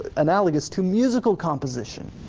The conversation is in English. analogous to musical composition.